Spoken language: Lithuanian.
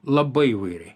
labai įvairiai